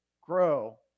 grow